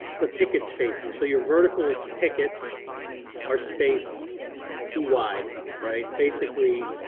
the picket spacing. so your vertical pickets are spaced too wide, right? basically,